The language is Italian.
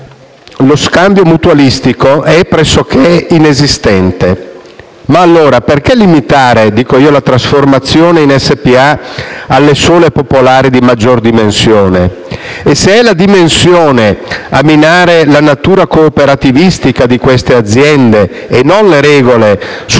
Lo scambio mutualistico è pressoché inesistente. Ma allora - dico io - perché limitare la trasformazione in società per azioni alle sole popolari di maggior dimensione? E se è la dimensione a minare la natura cooperativistica di queste aziende e non le regole sul patrimonio